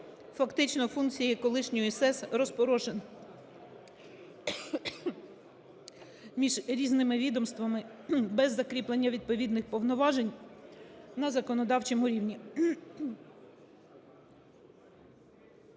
Фактично функції колишньої СЕС розпорошені між різними відомствами без закріплення відповідних повноважень на законодавчому рівні.